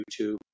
YouTube